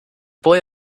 boy